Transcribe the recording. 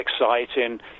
exciting